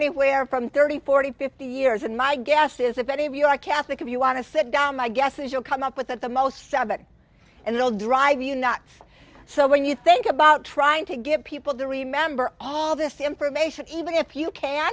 anywhere from thirty forty fifty years and my guess is if any of you are catholic if you want to sit down my guess is you'll come up with at the most seven and they'll drive you nuts so when you think about trying to get people to remember all this information even if you can